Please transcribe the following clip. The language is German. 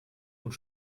und